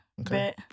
Okay